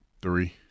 Three